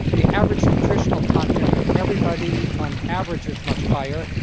the average nutritional content of everybody, on average, is much higher.